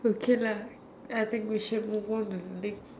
okay lah I think we should move on to the next